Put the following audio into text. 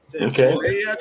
Okay